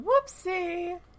Whoopsie